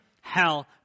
hell